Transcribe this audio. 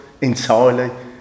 entirely